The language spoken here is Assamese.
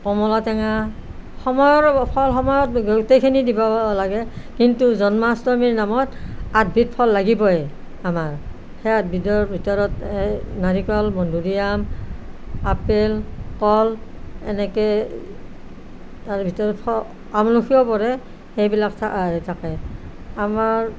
কমলা টেঙা সময়ৰ ফল সময়ত গোটেইখিনি দিব লাগে কিন্তু জন্মাষ্টমীৰ নামত আঠবিধ ফল লাগিবই আমাৰ সেই আঠবিধৰ ভিতৰত নাৰিকল মধুৰিআম আপেল কল এনেকৈ তাৰ ভিতৰত আমলখিও পৰে সেইবিলাক থাকে আমাৰ